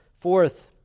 Fourth